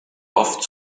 oft